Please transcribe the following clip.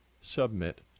submit